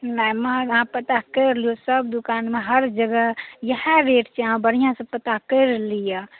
नहि महग अहाँ पता करि लु सब दूकानमे हर जगह इएह रेट छै अहाँ बढ़िआँसँ पता करि लिअ